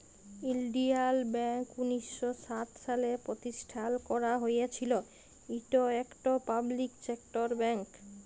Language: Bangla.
ইলডিয়াল ব্যাংক উনিশ শ সাত সালে পরতিষ্ঠাল ক্যারা হঁইয়েছিল, ইট ইকট পাবলিক সেক্টর ব্যাংক